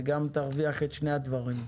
ואז תרוויח את שני הדברים,